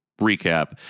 recap